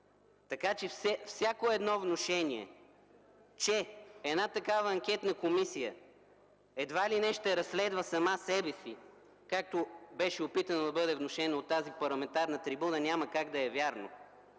всяко внушение, че такава анкетна комисия едва ли не ще разследва сама себе си, както беше опитано да бъде внушено от тази парламентарна трибуна, няма как да е вярно.